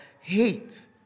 hate